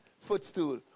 footstool